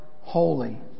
holy